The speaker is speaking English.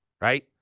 right